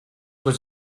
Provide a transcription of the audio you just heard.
was